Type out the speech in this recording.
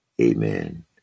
amen